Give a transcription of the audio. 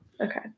Okay